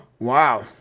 wow